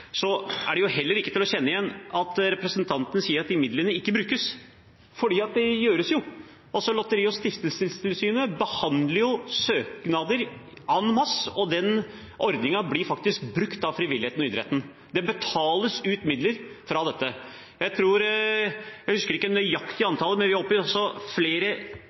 Så er det heller ikke til å kjenne igjen når representanten sier at de midlene ikke blir brukt, for det blir de jo. Også Lotteri- og stiftelsestilsynet behandler søknader en masse, og ordningen blir faktisk brukt av frivilligheten og idretten. Det betales ut midler fra dette. Jeg husker ikke det nøyaktige antallet, men vi er oppe i flere